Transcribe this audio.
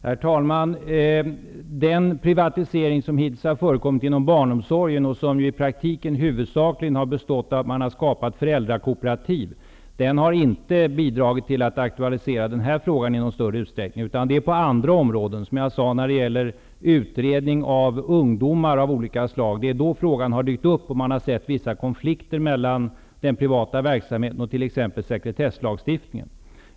Herr talman! Den privatisering som hittills har förekommit inom barnomsorgen, och som i praktiken huvudsakligen har bestått av att man har skapat föräldrakooperativ, har inte bidragit till att aktualisera den här frågan i någon större utsträckning. Det är på andra områden det har skett. Som jag sade gäller det olika slag av utredningar av ungdomar. Det är då frågan har dykt upp. Man har sett vissa konflikter mellan den privata verksamheten och sekretesslagstiftningen.